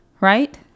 right